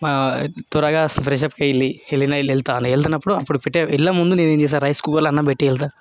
త్వరగా ఫ్రెషప్ అయి వెళ్లి వెళ్లిన అయితే వెళ్తాను వెళ్తున్నప్పుడు అప్పుడు వెళ్లే ముందు నేనేం చేస్తా రైస్ కుక్కర్ల అన్నం పెట్టి వెళ్తా